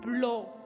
Blow